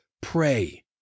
pray